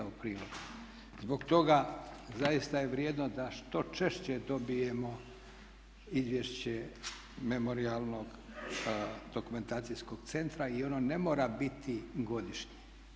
Zbog toga zaista je vrijedno da što češće dobijemo izvješće memorijalnog-dokumentacijskog centra i ono ne mora biti godišnje.